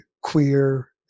queer